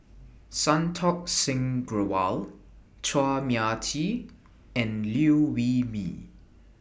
Santokh Singh Grewal Chua Mia Tee and Liew Wee Mee